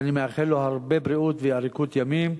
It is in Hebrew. שאני מאחל לו הרבה בריאות ואריכות ימים,